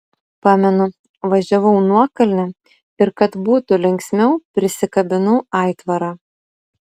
pamenu važiavau nuokalne ir kad būtų linksmiau prisikabinau aitvarą